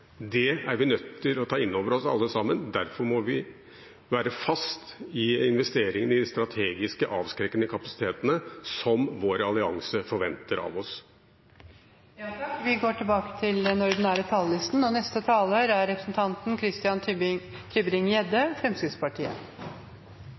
Det er vi nødt til å ta inn over oss, alle sammen. Derfor må vi være fast i investeringene i de strategiske, avskrekkende kapasitetene – som vår allianse forventer av oss. Replikkordskiftet er omme. La meg også først takke saksordføreren for god fremdrift i en komplisert sak og